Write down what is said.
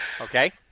Okay